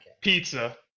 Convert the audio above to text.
Pizza